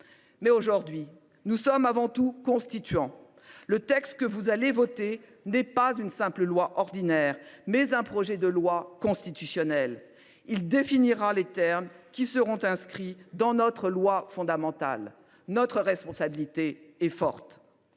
Mais, aujourd’hui, nous sommes avant tout constituant. Le texte que vous allez voter, mes chers collègues, n’est pas une simple loi ordinaire : c’est un projet de loi constitutionnelle. Il définira les termes qui seront inscrits dans notre loi fondamentale. Notre responsabilité est grande